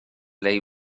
neu